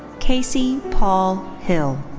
casey paul hill.